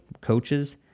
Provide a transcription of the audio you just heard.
coaches